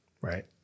right